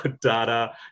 data